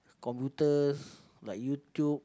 computers like YouTube